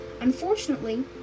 Unfortunately